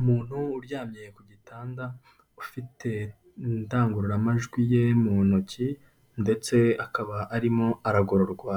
Umuntu uryamye ku gitanda, ufite indangururamajwi ye mu ntoki ndetse akaba arimo aragororwa